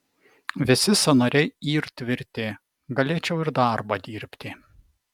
visi sąnariai yr tvirti galėčiau ir darbą dirbti